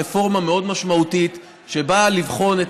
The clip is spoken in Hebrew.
רפורמה מאוד משמעותית שבאה לבחון את